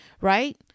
right